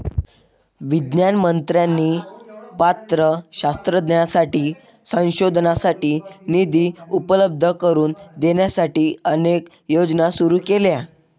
विज्ञान मंत्र्यांनी पात्र शास्त्रज्ञांसाठी संशोधनासाठी निधी उपलब्ध करून देण्यासाठी अनेक योजना सुरू केल्या